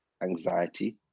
anxiety